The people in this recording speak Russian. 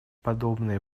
подобные